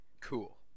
cool